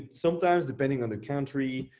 sometimes depending on the country,